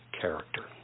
character